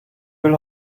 will